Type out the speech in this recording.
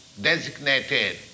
Designated